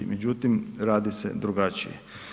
Međutim, radi se drugačije.